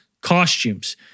costumes